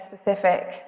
specific